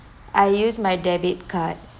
I use my debit card